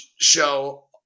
show